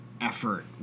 effort